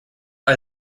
are